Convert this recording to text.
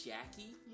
Jackie